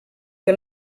que